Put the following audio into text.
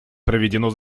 проведено